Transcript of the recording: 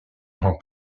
grand